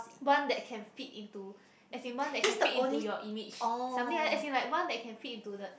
one that can fit into as in one that can fit into your image something like that as in one that can fit into the